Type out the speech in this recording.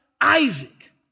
Isaac